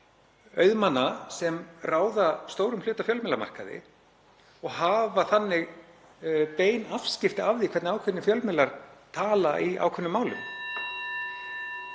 auðmanna sem ráða stórum hluta af fjölmiðlamarkaði og hafa þannig bein afskipti af því hvernig ákveðnir fjölmiðlar tala í ákveðnum málum,